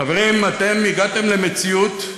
חברים, הגעתם למציאות,